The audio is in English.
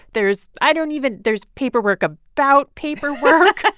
there's i don't even there's paperwork about paperwork